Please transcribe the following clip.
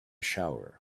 shower